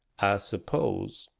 i suppose